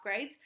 upgrades